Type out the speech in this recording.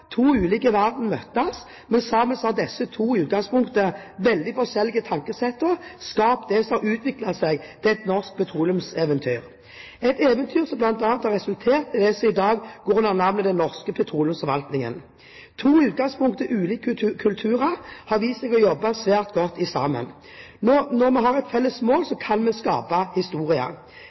To ulike verdener møttes, men sammen har disse to i utgangspunktet veldig forskjellige tankesettene skapt det som har utviklet seg til et norsk petroleumseventyr, et eventyr som bl.a. har resultert i det som i dag går under navnet den norske petroleumsforvaltningen. To i utgangspunktet ulike kulturer har vist seg å jobbe svært godt sammen. Når man har et felles mål, kan man skape